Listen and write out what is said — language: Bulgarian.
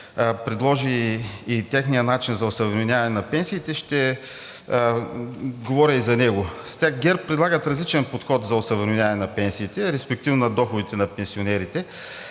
предложи и техния начин за осъвременяване на пенсиите, ще говоря и за него. ГЕРБ предлагат различен подход за осъвременяване на пенсиите, респективно на доходите на пенсионерите.